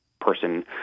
person